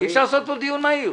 אי אפשר לעשות כאן דיון מהיר.